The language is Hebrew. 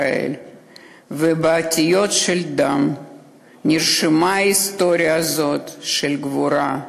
ובאותיות של דם נרשמה היסטוריה זו של גבורה,